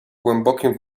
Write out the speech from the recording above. głębokim